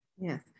Yes